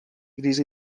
grisa